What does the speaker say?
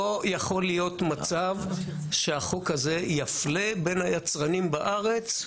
לא יכול להיות מצב שהחוק הזה יפלה בין היצרנים בארץ.